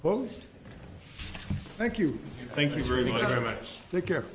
post thank you thank you very much very much the care